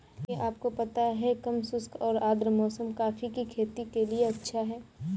क्या आपको पता है कम शुष्क और आद्र मौसम कॉफ़ी की खेती के लिए अच्छा है?